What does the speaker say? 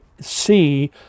see